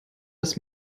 das